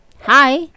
Hi